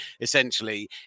Essentially